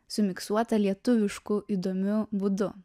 sumiksuotą lietuvišku įdomiu būdu